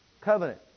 covenant